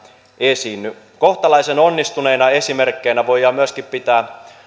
esiinny kohtalaisen onnistuneina esimerkkeinä voidaan myöskin pitää